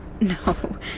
No